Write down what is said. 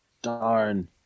Darn